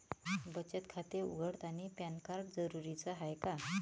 बचत खाते उघडतानी पॅन कार्ड जरुरीच हाय का?